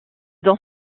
dans